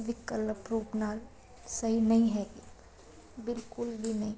ਵਿਕਲਪ ਰੂਪ ਨਾਲ ਸਹੀ ਨਹੀਂ ਹੈਗੀ ਬਿਲਕੁਲ ਵੀ ਨਹੀਂ